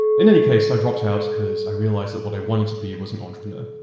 in any case, i dropped out because i realized that what i wanted to be was an entrepreneur,